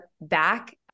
back